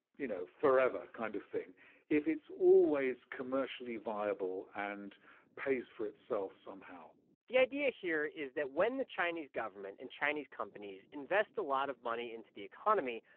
you know, forever kind of thing if it's always commercially viable and pays for itself somehow the idea here is that when the chinese government and chinese companies invest a lot of money into the economy,